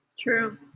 True